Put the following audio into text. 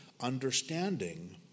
understanding